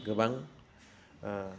गोबां